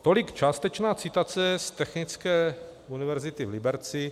Tolik částečná citace z Technické univerzity v Liberci.